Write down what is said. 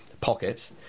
pocket